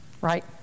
right